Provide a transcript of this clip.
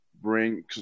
bring